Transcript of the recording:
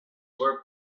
were